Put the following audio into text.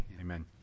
Amen